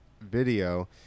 video